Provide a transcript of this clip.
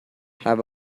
have